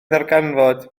ddarganfod